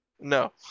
no